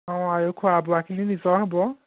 অঁ আৰু খোৱা বোৱাখিনি নিজৰ হ'ব